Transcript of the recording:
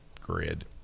grid